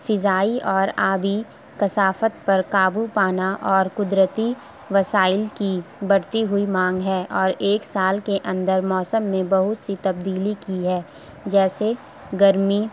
فضائی اور آبی کثافت پر قابو پانا اور قدرتی وسائل کی بڑھتی ہوئی مانگ ہے اور ایک سال کے اندر موسم میں بہت سی تبدیلی کی ہے جیسے گرمی